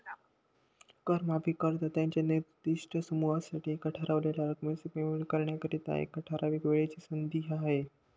कर माफी करदात्यांच्या निर्दिष्ट समूहासाठी एका ठरवलेल्या रकमेचे पेमेंट करण्याकरिता, एका ठराविक वेळेची संधी आहे